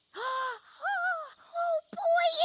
oh boy